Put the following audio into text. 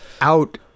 out